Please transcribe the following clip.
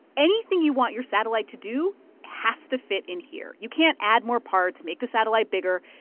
anything you want your satellite to do has to fit in here. you can't add more parts, make the satellite bigger.